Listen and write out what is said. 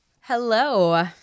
Hello